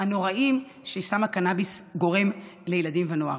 הנוראיים שסם הקנביס גורם לילדים ונוער.